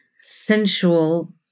sensual